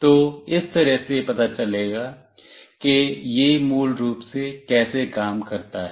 तो इस तरह से पता चलता है कि यह मूल रूप से कैसे काम करता है